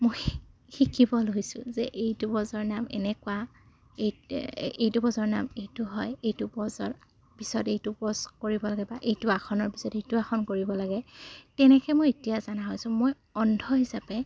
মই শিকিব লৈছোঁ যে এইটো পজৰ নাম এনেকুৱা এই এইটো পজৰ নাম এইটো হয় এইটো পজৰ পিছত এইটো পজ কৰিব লাগে বা এইটো আসনৰ পিছত এইটো আসন কৰিব লাগে তেনেকৈ মই এতিয়া জনা হৈছোঁ মই অন্ধ হিচাপে